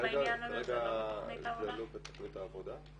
כרגע זה לא בתכנית העבודה.